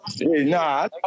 Nah